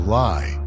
lie